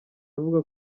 avuga